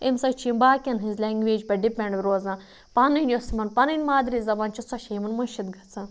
اَمہِ سۭتۍ چھِ یِم باقٕیَن ہٕںٛز لٮ۪نٛگویجہِ پٮ۪ٹھ ڈِپٮ۪نٛڈ روزان پَنٕنۍ یُس یِمَن پَنٕنۍ مادری زبان چھےٚ سۄ چھےٚ یِمَن مٔشِد گژھان